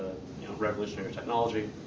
you know revolutionary technology.